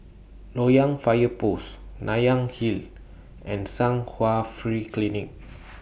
Loyang Fire Post Nanyang Hill and Chung Hwa Free Clinic